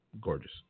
gorgeous